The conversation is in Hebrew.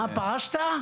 אה, פרשת?